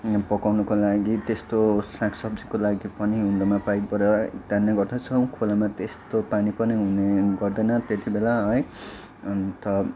पकाउनुको लागि त्यस्तो साग सब्जीको लागि पनि हिउँदोमा पाइपबाट तान्ने गर्दछौँ खोलामा त्यस्तो पानी पनि हुने गर्दैन त्यति बेला है अन्त